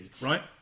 right